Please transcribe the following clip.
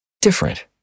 different